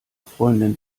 freundin